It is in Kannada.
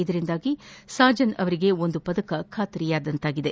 ಇದರಿಂದಾಗಿ ಸಾಜನ್ ಅವರಿಗೆ ಒಂದು ಪದಕ ಖಾತ್ರಿಯಾಗಿದೆ